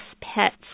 pets